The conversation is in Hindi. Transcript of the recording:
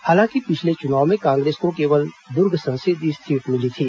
हालांकि पिछले चुनाव में कांग्रेस को केवल दुर्ग संसदीय सीट मिली थी